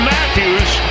Matthews